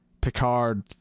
Picard